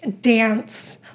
dance